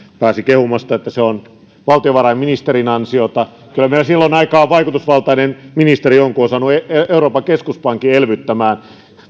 pääsivät kehumaan että se on valtiovarainministerin ansiota kyllä meillä silloin aika vaikutusvaltainen ministeri on kun on saanut euroopan keskuspankin elvyttämään